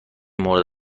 مورد